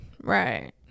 right